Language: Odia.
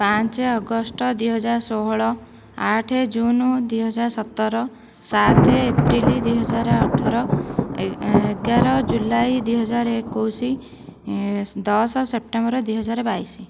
ପାଞ୍ଚ ଅଗଷ୍ଟ ଦୁଇହଜାର ଷୋହଳ ଆଠ ଜୁନ ଦୁଇହଜାର ସତର ସାତ ଏପ୍ରିଲ ଦୁଇହଜାର ଅଠର ଏଁ ଏଗାର ଜୁଲାଇ ଦୁଇହଜାର ଏକୋଇଶ ଏଁ ଦଶ ସେପ୍ଟେମ୍ବର ଦୁଇହଜାର ବାଇଶ